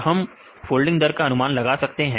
तो हम फोल्डिंग दर का अनुमान लगा सकते हैं